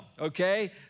okay